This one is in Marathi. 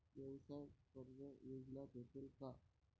व्यवसाय कर्ज योजना भेटेन का?